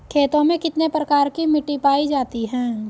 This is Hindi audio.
खेतों में कितने प्रकार की मिटी पायी जाती हैं?